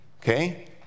Okay